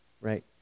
right